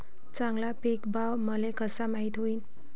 चांगला पीक भाव मले कसा माइत होईन?